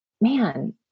man